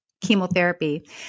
chemotherapy